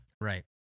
Right